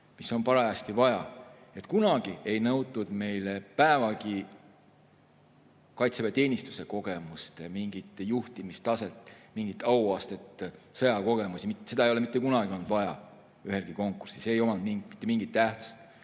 mida on parajasti vaja. Kunagi ei nõutud meil päevagi kaitseväeteenistuse kogemust, mingit juhtimistaset, mingit auastet, sõjakogemusi. Seda ei ole mitte kunagi olnud vaja ühelgi konkursil, see ei ole omanud mitte mingit tähtsust. Sama